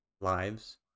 lives